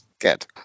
Get